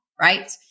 right